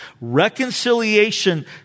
reconciliation